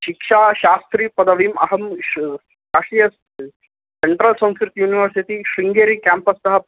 शिक्षाशास्त्रिपदवीम् अहम् राष्ट्रिय central Sanskrit university Sringeri campus तः